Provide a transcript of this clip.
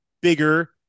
bigger